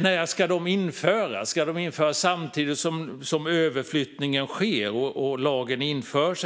När ska de införas? Ska de införas samtidigt som överflyttningen sker och lagen införs?